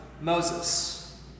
Moses